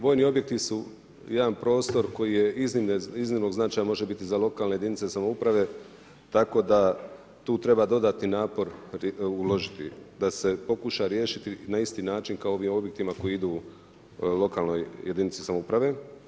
Vojni objekti su jedan prostor koji je iznimnog značaja, može biti za lokalne jedinice, samouprave, tako da tu treba dodati napor, uložiti, da se pokuša riješiti na isti način, kao i onim objektima koji idu lokalnoj jedinici samouprave.